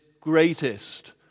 greatest